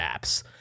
apps